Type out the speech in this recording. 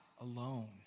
alone